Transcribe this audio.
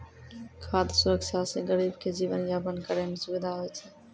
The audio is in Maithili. खाद सुरक्षा से गरीब के जीवन यापन करै मे सुविधा होय छै